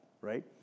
right